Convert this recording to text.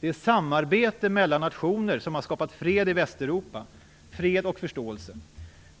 Det är samarbetet mellan nationer som har skapat fred i Västeuropa - fred och förståelse.